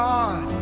God